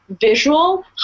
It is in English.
visual